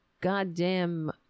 goddamn